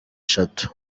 eshatu